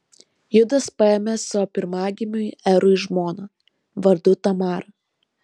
judas paėmė savo pirmagimiui erui žmoną vardu tamara